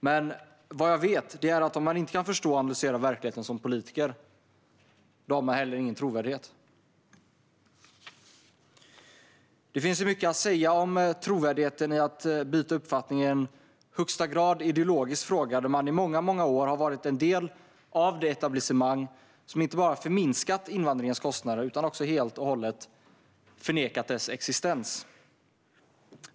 Men vad jag vet är att om man inte kan förstå och analysera verkligheten som politiker har man ingen trovärdighet. Det finns mycket att säga om trovärdigheten i att byta uppfattning i en högsta grad ideologisk fråga där man i många, många år har varit en del av det etablissemang som inte bara förminskat invandringens kostnader utan också helt och hållet förnekat deras existens.